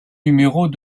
numéros